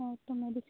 ଆଉ ତମ